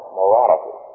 morality